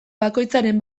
bakoitzaren